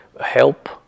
help